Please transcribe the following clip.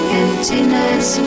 emptiness